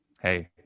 hey